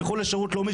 לכו לשירות לאומי,